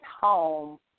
home